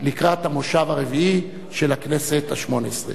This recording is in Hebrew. לקראת המושב הרביעי של הכנסת השמונה-עשרה.